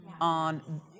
on